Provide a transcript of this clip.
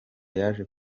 yaje